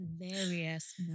hilarious